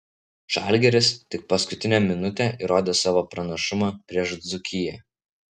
žalgiris tik paskutinę minutę įrodė savo pranašumą prieš dzūkiją